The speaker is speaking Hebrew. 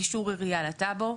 אישור עירייה לטאבו.